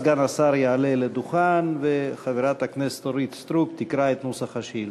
סגן השר יעלה לדוכן וחברת הכנסת אורית סטרוק תקרא את נוסח השאילתה.